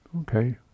Okay